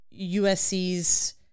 USC's